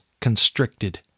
constricted